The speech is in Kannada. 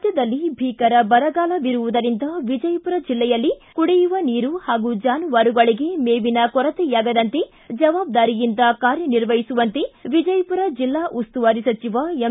ರಾಜ್ಞದಲ್ಲಿ ಭೀಕರ ಬರಗಾಲವಿರುವುದರಿಂದ ವಿಜಯಪುರ ಜಿಲ್ಲೆಯಲ್ಲಿ ಕುಡಿಯುವ ನೀರು ಹಾಗೂ ಜಾನುವಾರುಗಳಿಗೆ ಮೇವಿನ ಕೊರತೆಯಾಗದಂತೆ ಜವಾಬ್ದಾರಿಯಿಂದ ಕಾರ್ಯನಿರ್ವಹಿಸುವಂತೆ ವಿಜಯಪುರ ಜಿಲ್ಲಾ ಉಸ್ತುವಾರಿ ಸಚಿವ ಎಂ